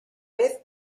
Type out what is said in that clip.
vez